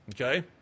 Okay